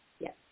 Yes